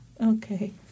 okay